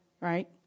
right